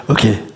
Okay